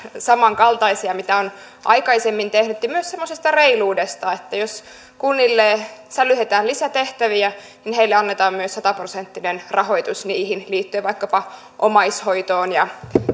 samankaltaisia kuin mitä on aikaisemmin tehty ja myös semmoisesta reiluudesta että jos kunnille sälytetään lisätehtäviä niin heille annetaan myös sata prosenttinen rahoitus niihin liittyen vaikkapa omaishoitoon ja